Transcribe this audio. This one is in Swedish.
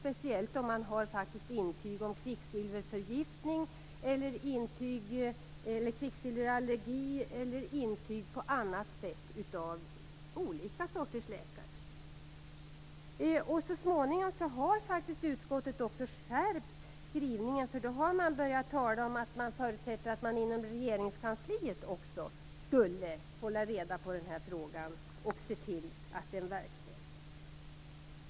Speciellt gäller detta om man har intyg på kvicksilverallergi eller annat intyg från olika sorters läkare. Så småningom har utskottet skärpt skrivningen. Man har börjat tala om att man förutsätter att också Regeringskansliet håller reda på den här frågan och ser till att den verkställs.